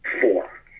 four